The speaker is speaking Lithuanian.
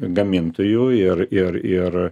gamintoju ir ir ir